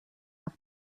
auf